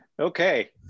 Okay